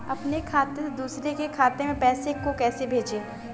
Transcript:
अपने खाते से दूसरे के खाते में पैसे को कैसे भेजे?